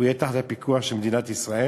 הוא יהיה תחת הפיקוח של מדינת ישראל,